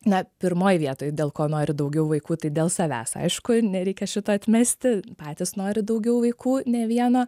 na pirmoj vietoj dėl ko nori daugiau vaikų tai dėl savęs aišku nereikia šito atmesti patys nori daugiau vaikų ne vieno